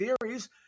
theories